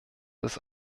ist